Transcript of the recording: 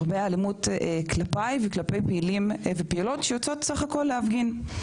הרבה אלימות כלפיי וכלפי פעילים ופעילות שיוצאות בסך הכול להפגין.